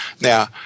Now